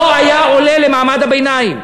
לא היה עולה למעמד הביניים.